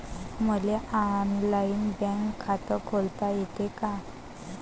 मले online bank खात खोलता येते का?